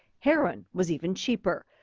heroin was even cheaper.